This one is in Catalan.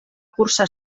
cursar